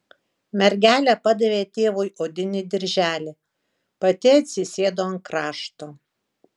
mergelė padavė tėvui odinį dirželį pati atsisėdo ant krašto